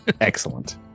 Excellent